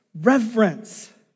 reverence